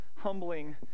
humbling